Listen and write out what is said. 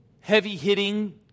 heavy-hitting